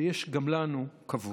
ויש גם לנו כבוד,